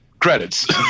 Credits